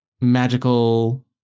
magical